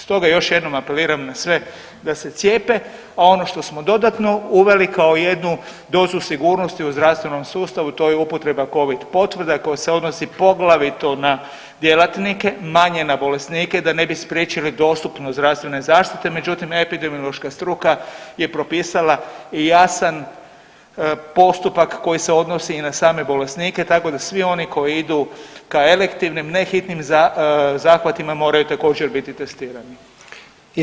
Stoga još jednom apeliram na sve da se cijepe, a ono što smo dodatno uveli kao jednu dozu sigurnosti u zdravstvenom sustavu to je upotreba COVID potvrda koja se odnosi poglavito na djelatnike, manje na bolesnike da ne bi spriječili dostupnost zdravstvene zaštite, međutim epidemiološka struka je propisala i jasan postupak koji se odnosi i na same bolesnike tako da svi oni koji idu ka elektivnim, ne hitnim zahvatima moraju također biti testirani.